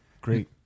Great